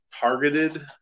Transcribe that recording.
targeted